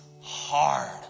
hard